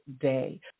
day